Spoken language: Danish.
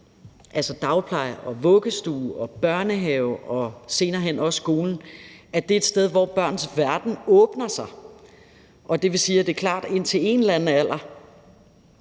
altså dagpleje, vuggestue og børnehave og senere hen også skolen, er steder, hvor børns verden åbner sig. Det er klart, at indtil en eller anden alder